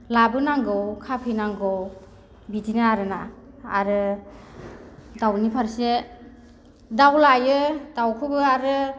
लाबोनांगौ खाफैनांगौ बिदिनो आरोना आरो दाउनि फारसे दाउ लायो दावखौबो आरो